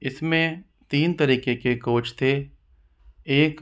इसमें तीन तरीके के कोच थे एक